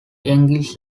english